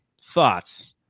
Thoughts